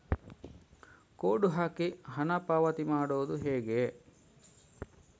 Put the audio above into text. Code ಹಾಕಿ ಹಣ ಪಾವತಿ ಮಾಡೋದು ಹೇಗೆ?